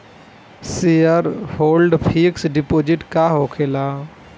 Shareholder fix deposit का होखे ला?